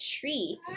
treat